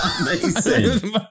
Amazing